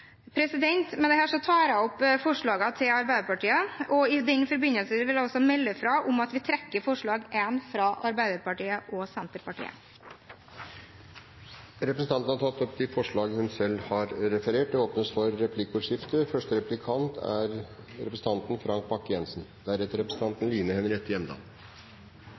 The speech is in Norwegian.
Med dette tar jeg opp forslagene fra Arbeiderpartiet og Senterpartiet. I den forbindelse vil jeg også melde fra om at vi trekker forslag nr. 1. Representanten Else-May Botten har tatt opp de forslagene hun refererte til. Det blir replikkordskifte.